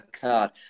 card